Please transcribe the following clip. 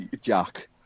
Jack